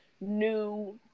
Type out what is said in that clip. new